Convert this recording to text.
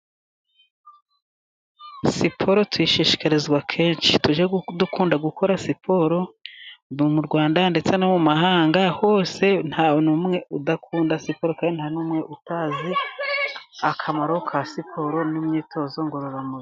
Siporo tuyishishikarizwa kenshi tujye dukunda gukora siporo. Ubu mu Rwanda ndetse no mu mahanga hose nta n'umwe udakunda siporo, kandi nta n'umwe utazi akamaro ka siporo n'imyitozo ngororamubiri.